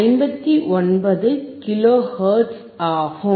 59 kilo hertz ஆகும்